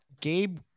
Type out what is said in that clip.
Gabe